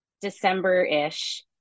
December-ish